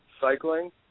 cycling